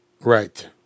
Right